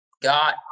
Got